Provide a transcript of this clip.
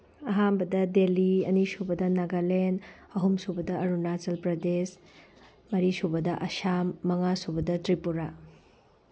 ꯑꯍꯥꯟꯕꯗ ꯗꯦꯜꯂꯤ ꯑꯅꯤꯁꯨꯕꯗ ꯅꯒꯥꯂꯦꯟ ꯑꯍꯨꯝꯁꯨꯕꯗ ꯑꯔꯨꯅꯥꯆꯜ ꯄ꯭ꯔꯗꯦꯁ ꯃꯔꯤꯁꯨꯕꯗ ꯑꯁꯥꯝ ꯃꯉꯥꯁꯨꯕꯗ ꯇ꯭ꯔꯤꯄꯨꯔꯥ